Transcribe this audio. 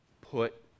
put